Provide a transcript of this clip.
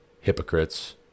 hypocrites